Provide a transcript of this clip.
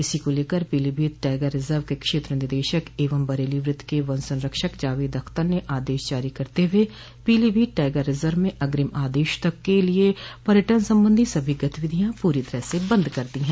इसी को लेकर पीलीभीत टाइगर रिजर्व के क्षेत्र निदेशक एवं बरेली वृत्त के वन संरक्षक जावेद अख्तर ने आदेश जारी करते हुए पीलीभीत टाइगर रिजर्व में अग्रिम आदेश तक के लिए पर्यटन सम्बन्धी सभी गतिविधियां पूरी तरह से बंद कर दी हैं